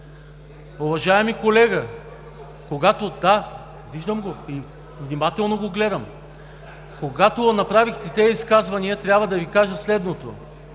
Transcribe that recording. Уважаеми колега, когато направихте това изказване, трябва да Ви кажа следното: